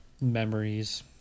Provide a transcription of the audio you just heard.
memories